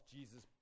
Jesus